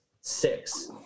six